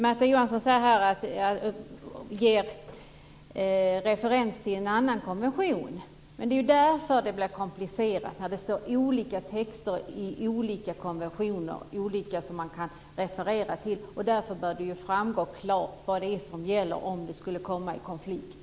Märta Johansson ger referens till en annan konvention. Det är ju därför det blir komplicerat, när det står olika texter i olika konventioner som man kan referera till. Därför bör det framgå klart vad som gäller om det skulle uppstå en konflikt.